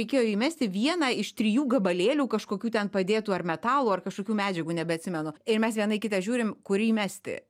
reikėjo įmesti vieną iš trijų gabalėlių kažkokių ten padėtų ar metalų ar kažkokių medžiagų nebeatsimenu ir mes vieną kitą žiūrim kurį mesti